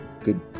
good